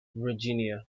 virginia